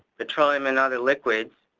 petroleum and other liquids.